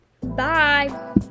Bye